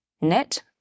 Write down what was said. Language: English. knit